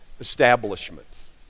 establishments